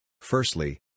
Firstly